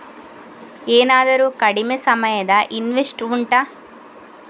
ಏನಾದರೂ ಕಡಿಮೆ ಸಮಯದ ಇನ್ವೆಸ್ಟ್ ಉಂಟಾ